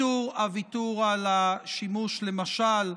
הוויתור על השימוש, למשל,